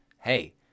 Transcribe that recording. Hey